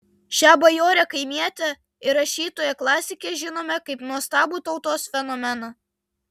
šią bajorę kaimietę ir rašytoją klasikę žinome kaip nuostabų tautos fenomeną